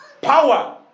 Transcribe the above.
power